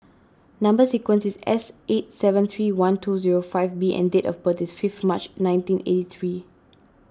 Number Sequence is S eight seven three one two zero five B and date of birth is fifth March nineteen eighty three